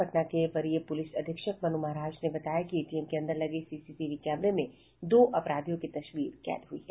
पटना के वरीय पुलिस अधीक्षक मनु महाराज ने बताया कि एटीएम के अंदर लगे सीसीटीवी कैमरे में दो अपराधियों की तस्वीर कैद हुई है